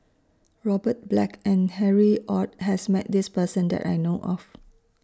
Robert Black and Harry ORD has Met This Person that I know of